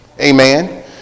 Amen